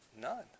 None